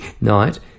night